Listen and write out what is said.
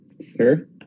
sir